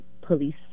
police